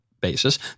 basis